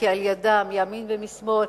כי לידה מימין ומשמאל,